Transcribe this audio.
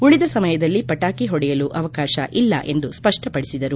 ಉಳಿದ ಸಮಯದಲ್ಲಿ ಪಟಾಕಿ ಹೊಡೆಯಲು ಅವಕಾಶ ಇಲ್ಲ ಎಂದು ಸ್ಪಷ್ಟಪಡಿಸಿದರು